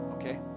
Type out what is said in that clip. okay